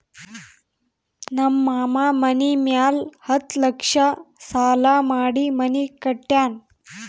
ನಮ್ ಮಾಮಾ ಮನಿ ಮ್ಯಾಲ ಹತ್ತ್ ಲಕ್ಷ ಸಾಲಾ ಮಾಡಿ ಮನಿ ಕಟ್ಯಾನ್